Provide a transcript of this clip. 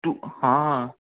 तूं हा